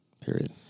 Period